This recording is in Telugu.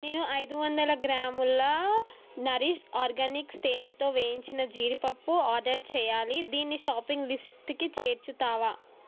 నేను ఐదు వందల గ్రాములలో నరీష్ ఆర్గానిక్స్ తేనెతో వేయించిన జీడిపప్పు ఆర్డర్ చేయాలి దీన్ని షాపింగ్ లిస్ట్కి చేర్చుతావా